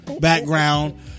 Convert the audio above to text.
background